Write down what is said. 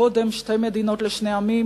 קודם שתי מדינות לשני עמים,